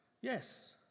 Yes